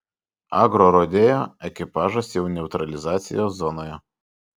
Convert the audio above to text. agrorodeo ekipažas jau neutralizacijos zonoje